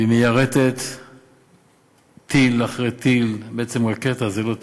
והיא מיירטת טיל אחרי טיל, בעצם רקטה, זה לא טיל,